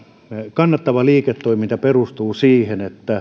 kannattava liiketoiminta perustuu siihen että